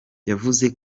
yavuze